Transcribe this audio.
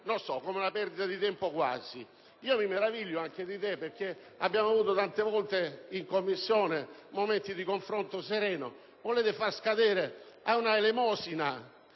quasi come una perdita di tempo. Mi meraviglio anche perché abbiamo avuto tante volte in Commissione momenti di confronto sereno: volete far scadere quasi ad un'elemosina